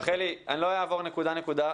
רחלי, אני לא אעבור נקודה-נקודה.